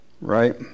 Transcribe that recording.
Right